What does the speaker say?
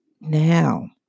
Now